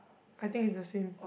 I think it's the same